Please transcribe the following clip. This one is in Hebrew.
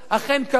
אכן קרה.